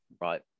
right